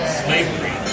slavery